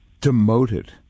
Demoted